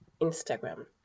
Instagram